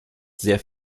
sehr